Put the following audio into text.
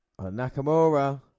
Nakamura